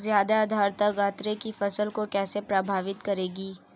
ज़्यादा आर्द्रता गन्ने की फसल को कैसे प्रभावित करेगी?